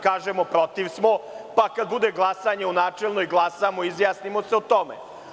Kažemo da smo protiv, pa kad bude glasanje u načelu, glasamo i izjasnimo se o tome.